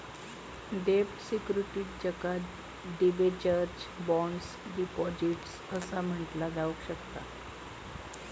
डेब्ट सिक्युरिटीजका debentures, bonds, deposits असा म्हटला जाऊ शकता